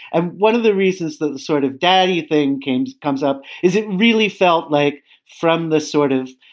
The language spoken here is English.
and one of the reasons that the sort of daddy thing cames comes up is it really felt like from the sort of,